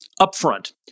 upfront